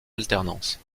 alternance